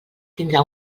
tindrà